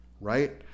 Right